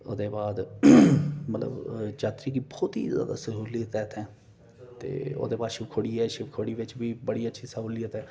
ओह्दे बाद मतलब यात्री गी बहुत ही ज्यादा स्हूलियत ऐट इत्थै ते ओह्दे बाद शिबखोड़ी बिच बी बड़ी अच्छी स्हूलियत